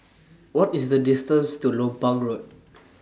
What IS The distance to Lompang Road